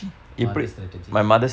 mother's strategy